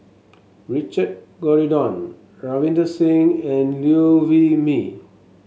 Richard Corridon Ravinder Singh and Liew Wee Mee